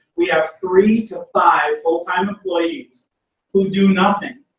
we have three to five full-time employees who do nothing.